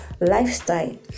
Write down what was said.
lifestyle